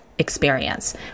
experience